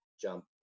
jump